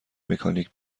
مکانیک